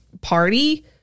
party